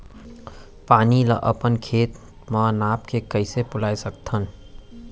पानी ला अपन खेत म नाप के कइसे पलोय सकथन?